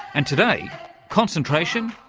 and today concentration,